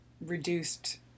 reduced